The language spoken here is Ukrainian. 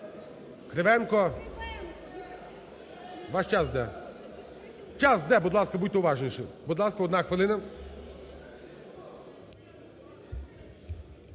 Кривенко. Ваш час йде, час йде, будь ласка, будьте уважніші! Будь ласка, одна хвилина.